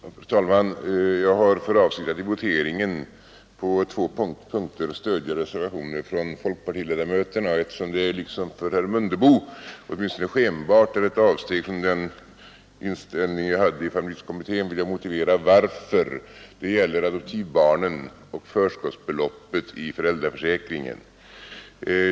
Fru talman! Jag har för avsikt att i voteringen på två punkter stödja reservationer från folkpartiledamöterna. Eftersom det liksom för herr Mundebo åtminstone skenbart är ett avsteg från den inställning jag hade i familjepolitiska kommittén, vill jag motivera varför. Det gäller adoptivbarnen och förskottsbeloppet i föräldraförsäkringen.